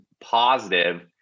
positive